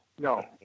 No